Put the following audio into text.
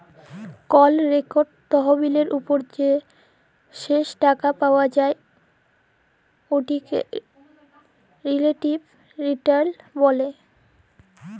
call ইকট তহবিলের উপর যে শেষ টাকা পাউয়া যায় উয়াকে রিলেটিভ রিটার্ল ব্যলে